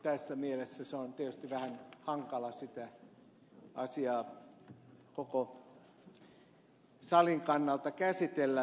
tässä mielessä on tietysti vähän hankala sitä asiaa koko salin kannalta käsitellä